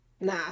Nah